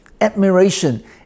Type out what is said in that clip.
admiration